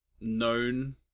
known